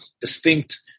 distinct